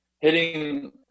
hitting